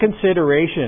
consideration